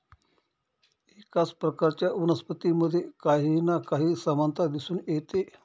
एकाच प्रकारच्या वनस्पतींमध्ये काही ना काही समानता दिसून येते